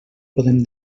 podem